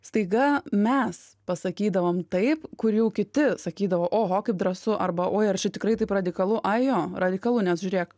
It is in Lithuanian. staiga mes pasakydavom taip kur jau kiti sakydavo oho kaip drąsu arba oi ar čia tikrai taip radikalu aj jo radikalu nes žiūrėk